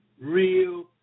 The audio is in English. real